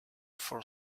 for